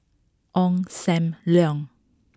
Ong Sam Leong